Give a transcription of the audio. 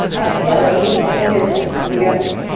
exhale, release the fingertips to the earth.